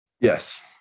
Yes